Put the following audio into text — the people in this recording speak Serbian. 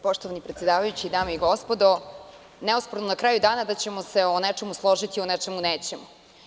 Poštovani predsedavajući, dame i gospodo, neosporno je na kraju dana da ćemo se o nečemu složiti, a o nečemu nećemo.